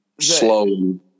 slow